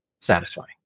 satisfying